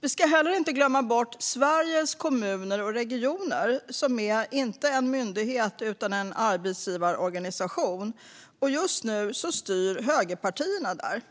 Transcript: Vi ska heller inte glömma bort Sveriges Kommuner och Regioner, som inte är en myndighet utan en arbetsgivarorganisation. Just nu styr högerpartierna där.